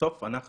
בסוף אנחנו,